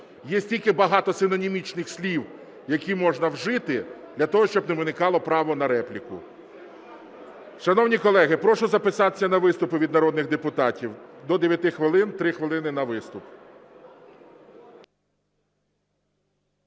Є стільки багато синонімічних слів, які можна вжити для того, щоб не виникало право на репліку. Шановні колеги, прошу записатися на виступи від народних депутатів до 9 хвилин, 3 хвилини на виступ.